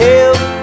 Help